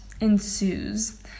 ensues